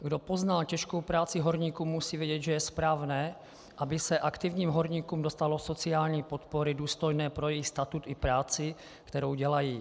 Kdo poznal těžkou práci horníků, musí vědět, že je správné, aby se aktivním horníkům dostalo sociální podpory, důstojné pro jejich statut i práci, kterou dělají.